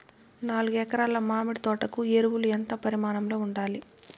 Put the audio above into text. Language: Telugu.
నాలుగు ఎకరా ల మామిడి తోట కు ఎరువులు ఎంత పరిమాణం లో ఉండాలి?